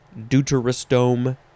deuterostome